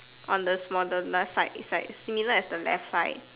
on the smaller left side is like similar as the left side